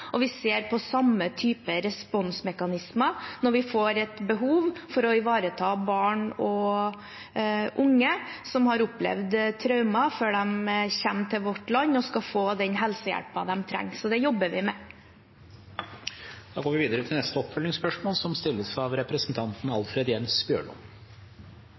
og vi ser på samme type responsmekanismer når vi får et behov for å ivareta barn og unge som har opplevd traumer før de kommer til vårt land. De skal få den helsehjelpen de trenger, så det jobber vi med. Alfred Jens Bjørlo – til oppfølgingsspørsmål.